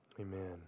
Amen